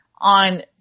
on